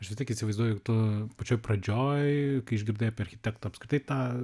aš vis tiek įsivaizduoju to pačioj pradžioj kai išgirdai apie architekto apskritai tą